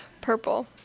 Purple